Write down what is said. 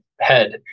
head